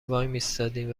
وایمیستادیم